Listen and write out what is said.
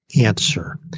answer